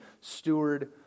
steward